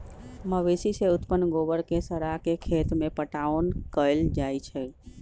मवेशी से उत्पन्न गोबर के सड़ा के खेत में पटाओन कएल जाइ छइ